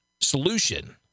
solution